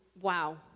Wow